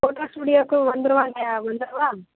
photo ஸ்டூடியோவுக்கும் வந்துடுவா அங்கே வந்துடுவா